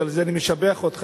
ועל זה אני משבח אותך,